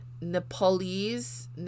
Nepalese